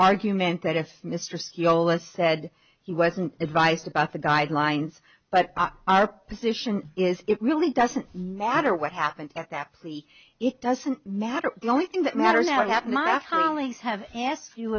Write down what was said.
argument that if mr c all that said he wasn't advice about the guidelines but our position is it really doesn't matter what happened at that plea it doesn't matter the only thing that matter now i have